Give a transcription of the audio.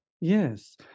Yes